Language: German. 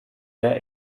der